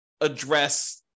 address